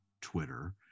twitter